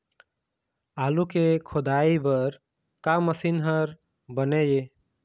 आलू के खोदाई बर का मशीन हर बने ये?